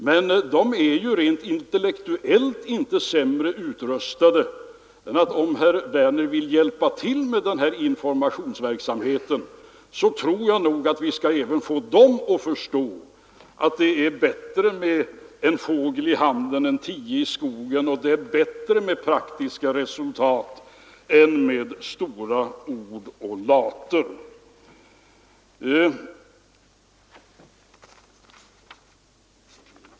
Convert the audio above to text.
Men de är ju rent intellektuellt inte sämre utrustade än att om herr Werner vill hjälpa till med den här informationsverksamheten, så skall vi nog få även dem att förstå att det är bättre med en fågel i handen än tio i skogen och att det är bättre med praktiska resultat än med stora ord och later.